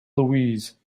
louise